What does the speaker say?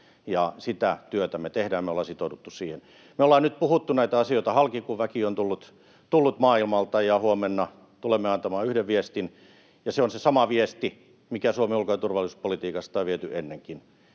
Sitä työtä me tehdään, me ollaan sitouduttu siihen. Me ollaan nyt puhuttu näitä asioita halki, kun väki on tullut maailmalta. Huomenna tulemme antamaan yhden viestin, ja se on se sama viesti, mikä Suomen ulko- ja turvallisuuspolitiikasta on viety ennenkin.